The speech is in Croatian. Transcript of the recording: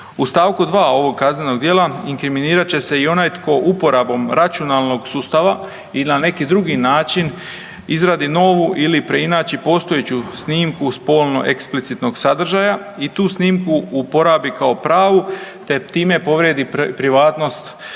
U st. 2. ovog kaznenog djela inkriminirat će se i onaj tko uporabom računalnog sustava i na neki drugi način izradi novu ili preinači postojeću snimku spolno eksplicitnog sadržaja i tu snimku uporabi kao pravu te time povrijedi privatnost